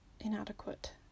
inadequate